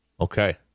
Okay